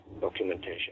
documentation